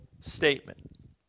statement